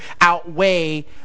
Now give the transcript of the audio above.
outweigh